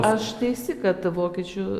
aš teisi kad vokiečių